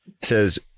says